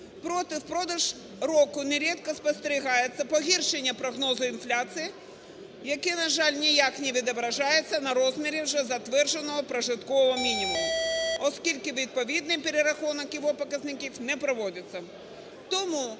Проте впродовж року нерідко спостерігається погіршення прогнозу інфляції, яке, на жаль, ніяк не відображається на розмірі вже затвердженого прожиткового мінімуму, оскільки відповідний перерахунок його показників не проводиться.